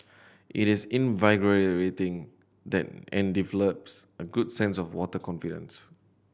it is that and develops a good sense of water confidence